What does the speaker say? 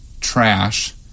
trash